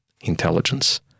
intelligence